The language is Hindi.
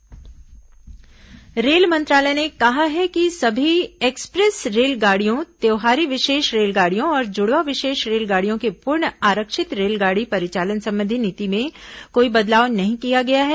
रेल आरक्षण रेल मंत्रालय ने कहा है कि सभी एक्सप्रेस रेलगाड़ियों त्यौहारी विशेष रेलगाड़ियों और जुडवां विशेष रेलगाड़ियों के पूर्ण आरक्षित रेलगाड़ी परिचालन संबंधी नीति में कोई बदलाव नहीं किया गया है